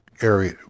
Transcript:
area